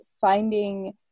finding